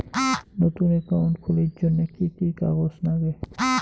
নতুন একাউন্ট খুলির জন্যে কি কি কাগজ নাগে?